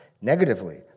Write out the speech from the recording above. Negatively